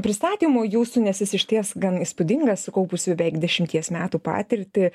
pristatymo jūsų nes jis išties gan įspūdingas sukaupusių beveik dešimties metų patirtį